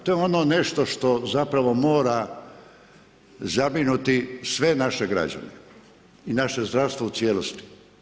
To je ono nešto što zapravo mora zabrinuti sve naše građane i naše zdravstvo u cijelosti.